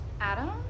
Adam